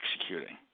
executing